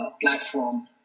platform